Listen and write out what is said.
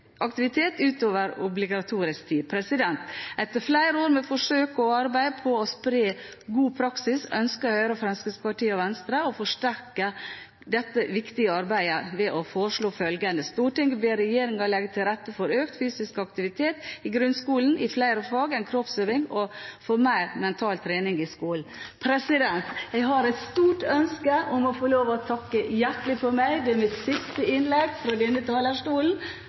aktivitet utover obligatorisk tid. Etter flere år med forsøk og arbeid for å spre god praksis ønsker Høyre, Fremskrittspartiet og Venstre å forsterke dette viktige arbeidet ved å foreslå følgende: «Stortinget ber regjeringen legge til rette for økt fysisk aktivitet i grunnskolen i flere fag enn kroppsøving og for mer mental trening i skolen.» Jeg har et stort ønske om å få lov til å takke hjertelig for meg. Dette er mitt siste innlegg fra denne talerstolen